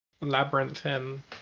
labyrinthine